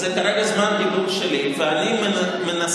זה כרגע זמן דיבור שלי ואני מנסה,